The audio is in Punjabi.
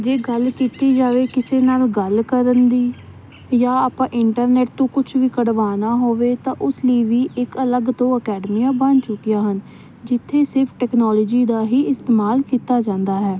ਜੇ ਗੱਲ ਕੀਤੀ ਜਾਵੇ ਕਿਸੇ ਨਾਲ ਗੱਲ ਕਰਨ ਦੀ ਜਾਂ ਆਪਾਂ ਇੰਟਰਨੈਟ ਤੋਂ ਕੁਛ ਵੀ ਕਢਵਾਣਾ ਹੋਵੇ ਤਾਂ ਉਸ ਲਈ ਵੀ ਇੱਕ ਅਲੱਗ ਤੋਂ ਅਕੈਡਮੀਆਂ ਬਣ ਚੁਕੀਆਂ ਹਨ ਜਿੱਥੇ ਸ਼ਿਰਫ ਟੈਕਨੋਲੋਜੀ ਦਾ ਹੀ ਇਸਤੇਮਾਲ ਕੀਤਾ ਜਾਂਦਾ ਹੈ